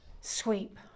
Sweep